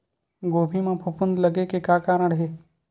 गोभी म फफूंद लगे के का कारण हे?